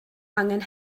angen